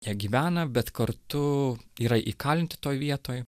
jie gyvena bet kartu yra įkalinti toj vietoj